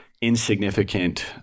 insignificant